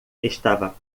estava